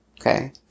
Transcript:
Okay